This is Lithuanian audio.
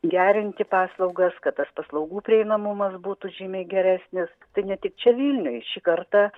gerinti paslaugas kad tas paslaugų prieinamumas būtų žymiai geresnis tai ne tik čia vilniuj šį kartą